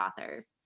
authors